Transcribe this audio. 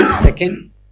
Second